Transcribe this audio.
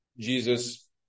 Jesus